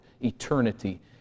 eternity